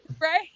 Right